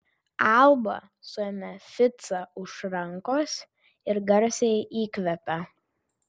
alba suėmė ficą už rankos ir garsiai įkvėpė